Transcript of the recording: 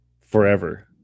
forever